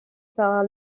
par